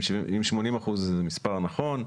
אם 80% זה המספר הנכון,